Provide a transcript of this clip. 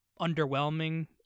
underwhelming